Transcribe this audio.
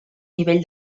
nivell